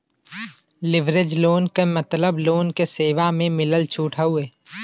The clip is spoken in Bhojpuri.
लिवरेज लोन क मतलब लोन क सेवा म मिलल छूट हउवे